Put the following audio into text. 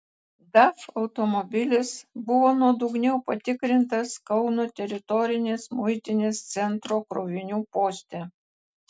daf automobilis buvo nuodugniau patikrintas kauno teritorinės muitinės centro krovinių poste